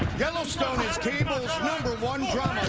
yellow stone the number one